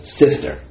sister